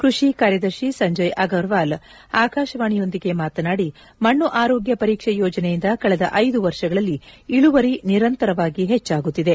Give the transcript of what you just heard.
ಕ್ಪಡಿ ಕಾರ್ಯದರ್ಶಿ ಸಂಜಯ್ ಅಗರ್ವಾಲ್ ಆಕಾಶವಾಣಿಯೊಂದಿಗೆ ಮಾತನಾದಿ ಮಣ್ಣು ಆರೋಗ್ಯ ಪರೀಕ್ಷೆ ಯೋಜನೆಯಿಂದ ಕಳೆದ ಐದು ವರ್ಷಗಳಲ್ಲಿ ಇಳುವರಿ ನಿರಂತರವಾಗಿ ಹೆಚ್ಚಾಗುತ್ತಿದೆ